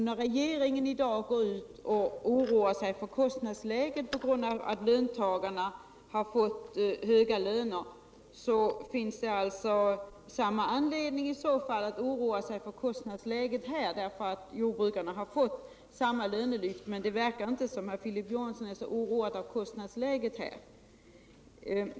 När regeringen i dag oroar sig för kostnadsläget på grund av att löntagarna fått höga löner, så finns det i så fall samma anledning att oroa sig för kostnadsläget här. Jordbrukarna har fått samma lönelyft. Men Filip Johansson verkar inte så oroad av kostnadsläget.